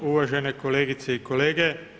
Uvažene kolegice i kolege.